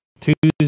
Tuesday